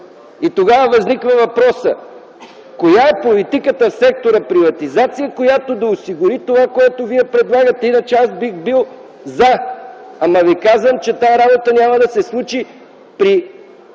Тогава възниква въпросът: коя е политиката в сектора приватизация, която да осигури това, което вие предлагате? Иначе бих бил „за”, но ви казвам, че тази работа няма да се случи при